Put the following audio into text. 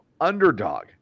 underdog